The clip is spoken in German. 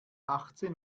achtzehn